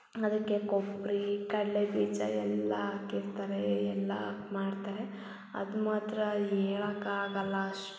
ಅದಕ್ಕೆ ಕೊಬ್ರಿ ಕಡ್ಲೆಬೀಜ ಎಲ್ಲಾ ಹಾಕಿರ್ತಾರೆ ಎಲ್ಲ ಹಾಕಿ ಮಾಡ್ತಾರೆ ಅದು ಮಾತ್ರ ಹೇಳಕ್ಕಾಗಲ್ಲ ಅಷ್ಟು